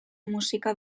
música